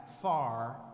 Far